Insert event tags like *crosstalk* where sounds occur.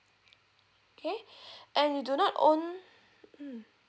okay *breath* and you do not own mm